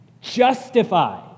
justified